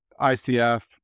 ICF